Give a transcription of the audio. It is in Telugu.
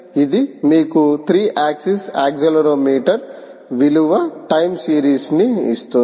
ఇది మీకు 3 యాక్సిస్ యాక్సిలెరోమీటర్ విలువ టైం సిరీస్ని ఇస్తోంది